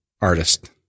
artist